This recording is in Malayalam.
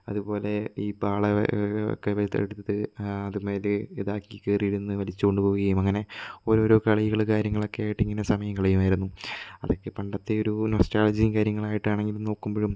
അതുപോലെ ഈ പാള ഒക്കെ എടുത്തിട്ട് അതിൻ മേൽ ഇതു ആക്കി കേറിയിരുന്ന് വലിച്ചു കൊണ്ടു പോവുകയും അങ്ങനെ ഓരോരോ കളികൾ കാര്യങ്ങളൊക്കെ ആയിട്ട് ഇങ്ങനെ സമയം കളയുമായിരുന്നു അതൊക്കെ പണ്ടത്തെ ഒരു നൊസ്റ്റാൾജിയയും കാര്യങ്ങളായിട്ടാണെങ്കിലും നോക്കുമ്പോളും